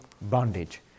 bondage